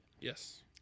Yes